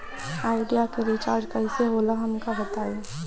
Idea के recharge कईसे होला हमका बताई?